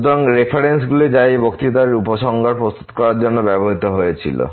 সুতরাং এই রেফারেন্সগুলি যা এই বক্তৃতা এবং উপসংহার প্রস্তুত করার জন্য ব্যবহৃত হয়েছিল